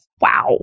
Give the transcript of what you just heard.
wow